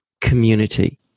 community